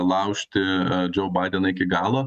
laužti džiou baideną iki galo